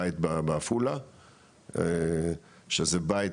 בית בעפולה שזה בית,